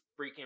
freaking